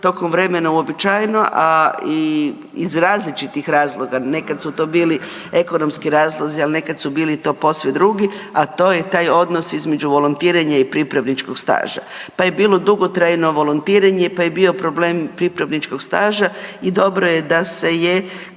tokom vremena uobičajeno, a i iz različitih razloga, nekad su to bili ekonomski razlozi, a nekad su bili to posve drugi, a to je taj odnos između volontiranja i pripravničkog staža pa je bilo dugotrajno volontiranje, pa je bio problem pripravničkog staža i dobro je da se je